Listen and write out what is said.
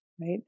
right